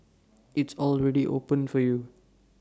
it's already open for you